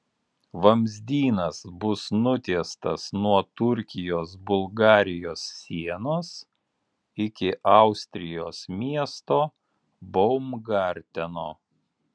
vamzdynas bus nutiestas nuo turkijos bulgarijos sienos iki austrijos miesto baumgarteno